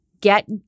Get